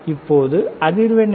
இப்போது அதிர்வெண் என்ன